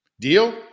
Deal